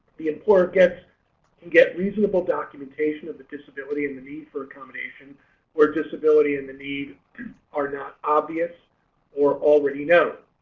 the employer gets and get reasonable documentation of the disability and the need for accommodation or disability in the need are not obvious or already know